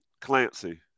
Clancy